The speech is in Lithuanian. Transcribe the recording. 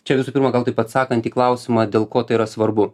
čia visų pirma gal taip atsakant į klausimą dėl ko tai yra svarbu